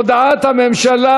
הודעת הממשלה,